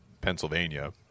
pennsylvania